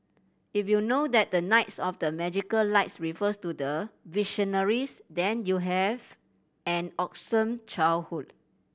if you know that the knights of the magical lights refers to the Visionaries then you have an awesome childhood